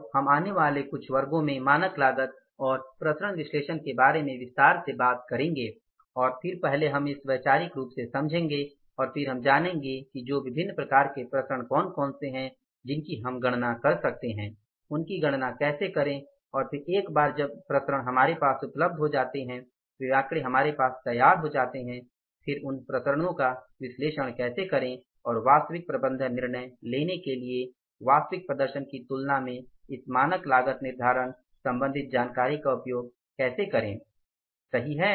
तो हम आने वाले कुछ वर्गों में मानक लागत और विचरण विश्लेषण के बारे में विस्तार से बात करेंगे और फिर पहले हम इसे वैचारिक रूप से समझेंगे और फिर हम जानेंगे कि वो विभिन्न प्रकार के विचरण कौन कौन से है जिनकी हम गणना कर सकते हैं उनकी गणना कैसे करें और फिर एक बार जब विचरण हमारे पास उपलब्ध हो जाते हैं वे आंकड़े हमारे पास तैयार हो जाते हैं फिर उन विचरणों का विश्लेषण कैसे करें और वास्तविक प्रबंधन निर्णय लेने के लिए वास्तविक प्रदर्शन की तुलना में इस मानक लागत निर्धारण संबंधित जानकारी का उपयोग कैसे करें सही है